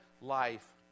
life